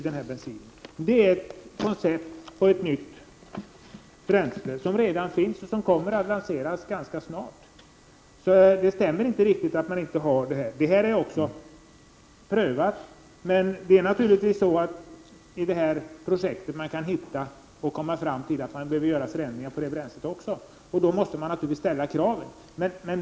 Det är ett koncept på ett nytt bränsle som redan finns och som kommer att lanseras ganska snart, så det stämmer inte riktigt att det inte finns definierat. Det är också prövat. Naturligtvis kan man inom projektet komma fram till att man behöver göra förändringar i det bränslet också, och då måste man naturligtvis ställa andra krav.